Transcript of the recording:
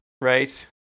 right